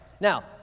Now